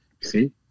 See